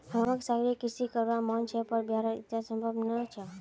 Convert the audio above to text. हमाक सागरीय कृषि करवार मन छ पर बिहारत ईटा संभव नी छ